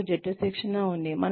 మనకు జట్టు శిక్షణ ఉంది